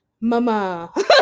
Mama